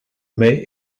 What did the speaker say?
mai